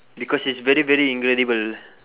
because it's very very incredible